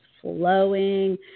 flowing